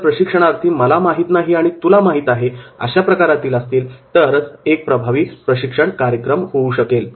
जर प्रशिक्षणार्थी 'मला माहित नाही आणि तुला माहित आहे' अशा प्रकारातील असतील तरच एक प्रभावी प्रशिक्षण कार्यक्रम होऊ शकेल